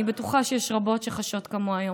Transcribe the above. אני בטוחה שיש רבות שחשות כמוה היום.